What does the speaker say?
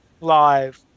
live